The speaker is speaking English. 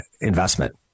investment